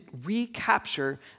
recapture